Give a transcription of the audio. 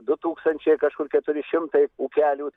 du tūkstančiai kažkur keturi šimtai ūkelių